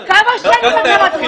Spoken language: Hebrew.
--- בחייך, כמה שנים אתה מדריך?